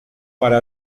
para